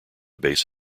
base